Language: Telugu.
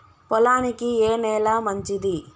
పొలానికి ఏ నేల మంచిది?